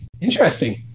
Interesting